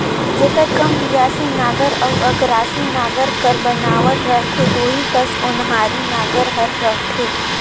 जेकर कस बियासी नांगर अउ अकरासी नागर कर बनावट रहथे ओही कस ओन्हारी नागर हर रहथे